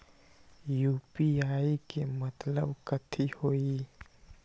UPI के मतलब कथी होई?